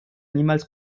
niemals